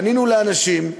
פנינו לאנשים,